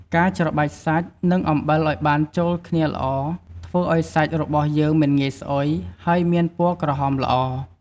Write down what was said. ការច្របាច់សាច់ និងអំបិលឱ្យបានចូលគ្នាល្អ ធ្វើឱ្យសាច់របស់យើងមិនងាយស្អុយ ហើយមានពណ៌ក្រហមល្អ។